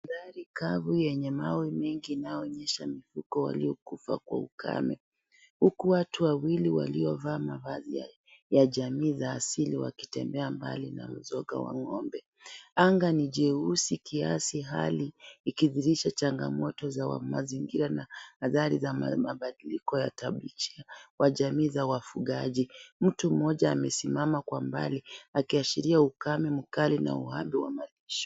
Mahali kavu yenye mawe mingi inaonyesha mifugo waliokufa kwa ukame huku watu wawili waliovaa mavazi ya jamii za asili wakitembeabali na mizoga za ng'ombe. Anga ni jeusi kiasi, hali ikidhihirisha changamoto za mazingira na athari za mabadiliko za tabia nchi kwa wajamii za wafugaji. Mtu mmoja amesimama kwa umbali akiashiria ukame mkali na uhaba wa maji.